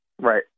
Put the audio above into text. Right